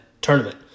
tournament